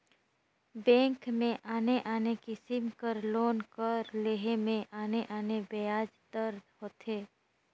bank में आने आने किसिम कर लोन कर लेहे में आने आने बियाज दर होथे